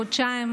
חודשיים